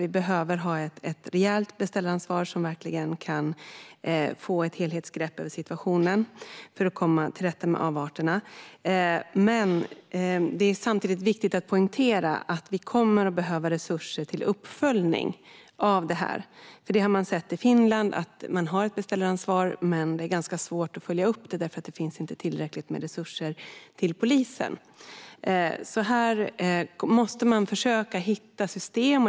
Vi behöver nämligen ha ett rejält beställaransvar där man verkligen kan få ett helhetsgrepp över situationen för att komma till rätta med avarterna. Men det är samtidigt viktigt att poängtera att vi kommer att behöva resurser till uppföljning av detta. Det har man sett i Finland. Man har ett beställaransvar, men det är ganska svårt att följa upp det, för det finns inte tillräckligt med resurser till polisen. Här måste man försöka hitta system.